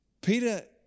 Peter